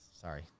Sorry